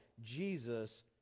Jesus